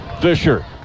Fisher